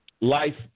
life